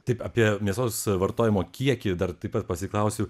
taip apie mėsos vartojimo kiekį dar taip pat pasiklausiu